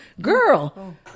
Girl